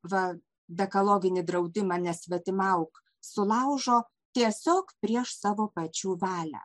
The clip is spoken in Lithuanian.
va dekaloginį draudimą nesvetimauk sulaužo tiesiog prieš savo pačių valią